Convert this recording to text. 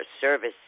service